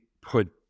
put